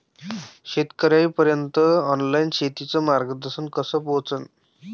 शेतकर्याइपर्यंत ऑनलाईन शेतीचं मार्गदर्शन कस पोहोचन?